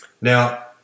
Now